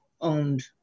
owned